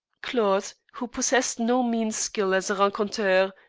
claude, who possessed no mean skill as a raconteur,